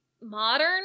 modern